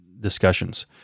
discussions